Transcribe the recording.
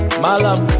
malam